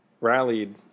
rallied